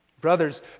Brothers